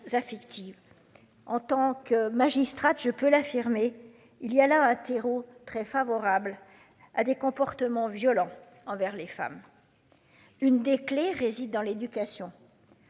En tant que magistrate je peux l'affirmer. Il y a là un terreau très favorable à des comportements violents envers les femmes. Une des clés réside dans l'éducation.